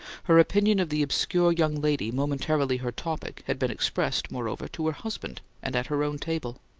her opinion of the obscure young lady momentarily her topic had been expressed, moreover, to her husband, and at her own table.